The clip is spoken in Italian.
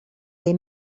dei